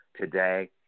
today